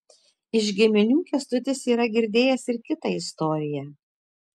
iš giminių kęstutis yra girdėjęs ir kitą istoriją